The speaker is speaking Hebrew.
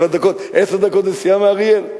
עשר דקות נסיעה מאריאל.